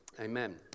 Amen